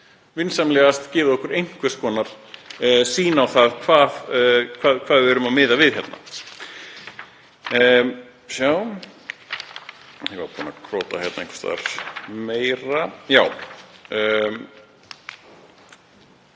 Vinsamlegast gefið okkur einhvers konar sýn á það hvað við erum að miða við hérna.